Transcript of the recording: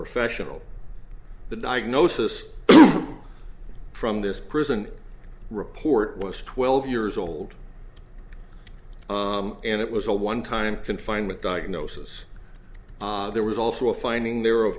professional the diagnosis from this prison report was twelve years old and it was a one time confinement diagnosis there was also a finding